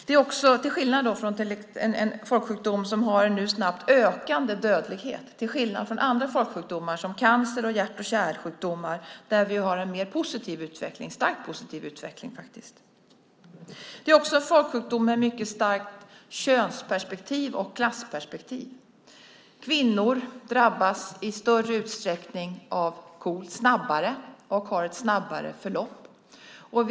Det är en folksjukdom där dödligheten snabbt ökar, till skillnad från andra folksjukdomar som cancer och hjärt och kärlsjukdomar där utvecklingen faktiskt är starkt positiv. Det är också en folksjukdom med ett mycket starkt köns och klassperspektiv. Kvinnor drabbas i större utsträckning av KOL snabbare, och sjukdomen har ett snabbare förlopp hos kvinnor.